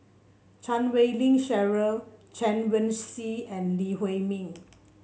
Chan Wei Ling Cheryl Chen Wen Hsi and Lee Huei Min